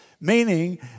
meaning